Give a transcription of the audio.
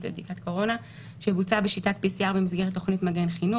בבדיקת קורונה שבוצעה בשיטת PCR במסגרת תכנית "מגן חינוך",